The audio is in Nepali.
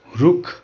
रुख